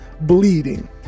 bleeding